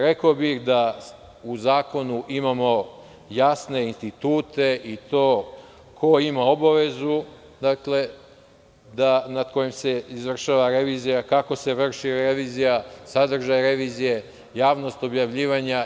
Rekao bih da u zakonu imamo jasne institute i to ko ima obavezu, nad kojim se izvršava revizija, kako se vrši revizija, sadržaj revizije, javnost objavljivanja.